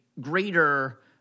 greater